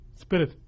spirit